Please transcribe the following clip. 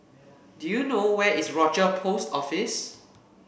do you know where is Rochor Post Office